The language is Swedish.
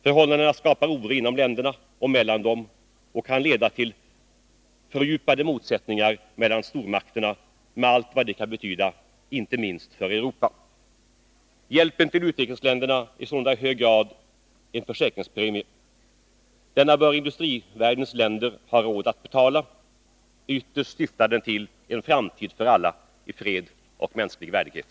Förhållandena skapar oro inom länderna och mellan dem och kan leda till fördjupade motsättningar mellan stormakterna med allt vad det kan betyda — inte minst för Europa. Hjälpen till utvecklingsländerna är sålunda i hög grad en försäkringspremie. Denna bör industrivärldens länder ha råd att betala. Ytterst syftar den till en framtid för alla i fred och mänsklig värdighet.